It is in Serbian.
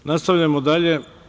Nastavljamo dalje.